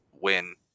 win